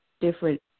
different